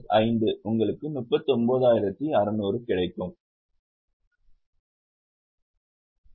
minus இது பணப்பாய்வை குறைப்பதாகும் நீங்கள் பெறுகிறீர்களா